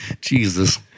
Jesus